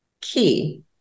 key